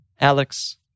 Alex